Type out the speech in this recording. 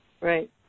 Right